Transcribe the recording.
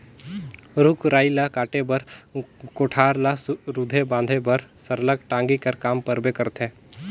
रूख राई ल काटे बर, कोठार ल रूधे बांधे बर सरलग टागी कर काम परबे करथे